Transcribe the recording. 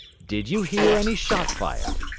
did you hear any shot fired?